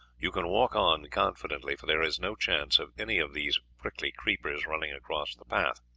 you can walk on confidently, for there is no chance of any of these prickly creepers running across the path.